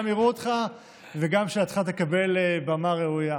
גם יראו אותך וגם שאלתך תקבל במה ראויה.